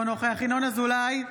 אינו נוכח ינון אזולאי,